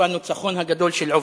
הוא הניצחון הגדול של עובדיה.